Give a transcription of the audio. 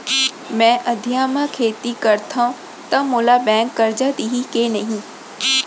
मैं अधिया म खेती करथंव त मोला बैंक करजा दिही के नही?